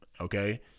okay